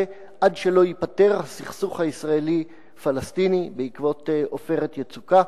עד שייפתר הסכסוך הישראלי-פלסטיני בעקבות "עופרת יצוקה".